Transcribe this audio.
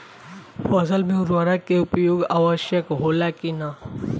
फसल में उर्वरक के उपयोग आवश्यक होला कि न?